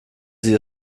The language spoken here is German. sie